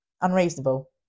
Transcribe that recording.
unreasonable